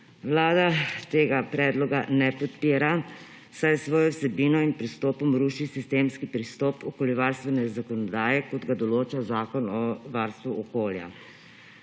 Vlada tega predloga ne podpira, saj s svojo vsebino in pristopom ruši sistemski pristop okoljevarstvene zakonodaje, kot ga določa Zakon o varstvu okolja.